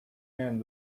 man